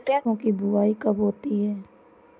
सरसों की बुआई कब होती है?